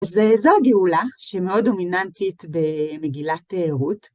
אז זו הגאולה שמאוד דומיננטית במגילת רות.